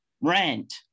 rent